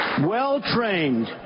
Well-trained